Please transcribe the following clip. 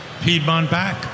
Piedmont-back